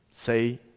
say